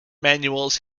manuals